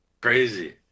crazy